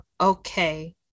okay